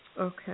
Okay